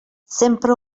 sempre